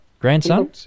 Grandson